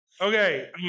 Okay